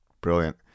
Brilliant